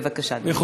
בבקשה, אדוני.